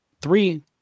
three